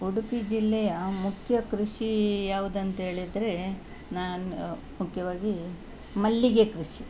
ಉಡುಪಿ ಜಿಲ್ಲೆಯ ಮುಖ್ಯ ಕೃಷಿ ಯಾವ್ದು ಅಂತೇಳಿದರೆ ನಾನು ಮುಖ್ಯವಾಗಿ ಮಲ್ಲಿಗೆ ಕೃಷಿ